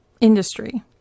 industry